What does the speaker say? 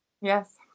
Yes